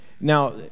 Now